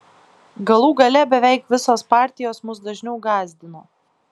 galų gale beveik visos partijos mus dažniau gąsdino